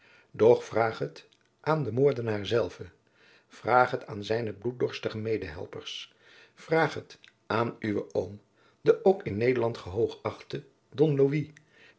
vraag het aan den moordenaar zelven vraag het aan zijne bloeddorstige medehelpers vraag het aan uwen oom jacob van lennep de pleegzoon den ook in nederland hooggëachten don